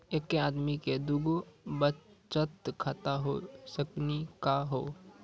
एके आदमी के दू गो बचत खाता हो सकनी का हो?